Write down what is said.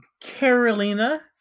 Carolina